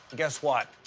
guess what?